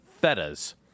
FETA's